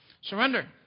Surrender